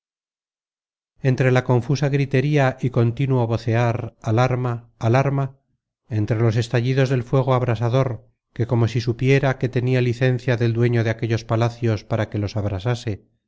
entre la confusa gritería y contínuo vocear al arma al arma entre los estallidos del fuego abrasador que como si supiera que tenia licencia del dueño de aquellos palacios para que los abrasase